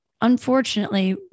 unfortunately